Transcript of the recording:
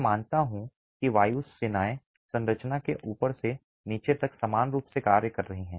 मैं मानता हूं कि वायु सेनाएं संरचना के ऊपर से नीचे तक समान रूप से कार्य कर रही हैं